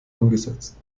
umgesetzt